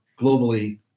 globally